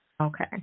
Okay